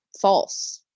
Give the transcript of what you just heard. False